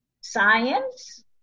science